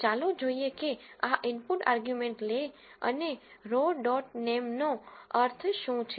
ચાલો જોઈએ કે આ ઇનપુટ આર્ગ્યુમેન્ટ લે અને રો ડોટ નેમ્સ નો અર્થ શું છે